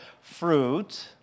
fruit